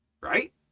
right